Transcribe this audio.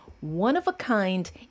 one-of-a-kind